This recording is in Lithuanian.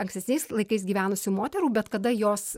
ankstesniais laikais gyvenusių moterų bet kada jos